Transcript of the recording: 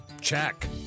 check